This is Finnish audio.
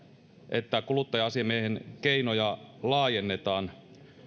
että kuluttaja asiamiehen keinoja laajennetaan